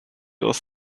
aus